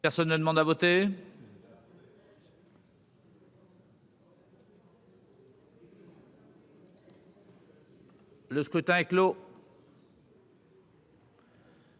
Personne ne demande à voter. Le scrutin est clos.